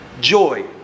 Joy